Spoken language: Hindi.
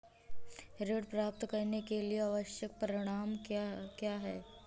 ऋण प्राप्त करने के लिए आवश्यक प्रमाण क्या क्या हैं?